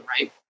right